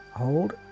Hold